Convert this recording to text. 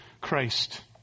Christ